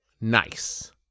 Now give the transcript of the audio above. Nice